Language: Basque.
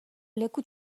leku